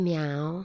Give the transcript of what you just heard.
Meow